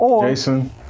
Jason